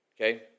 okay